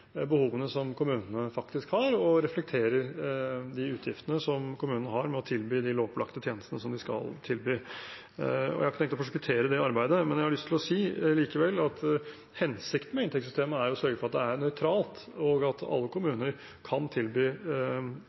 behovene som kommunene faktisk har, og reflekterer de utgiftene som kommunene har med å tilby de lovpålagte tjenestene som de skal tilby. Jeg har ikke tenkt å forskuttere det arbeidet, men jeg har likevel lyst til å si at hensikten med inntektssystemet er å sørge for at det er nøytralt, og at alle kommuner kan tilby